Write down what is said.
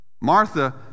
Martha